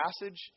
passage